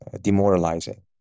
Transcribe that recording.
demoralizing